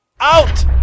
Out